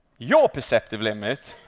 your perceptive limit